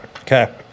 Okay